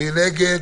מי נגד?